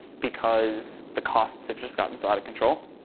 because the costs have just gotten so out of control.